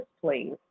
please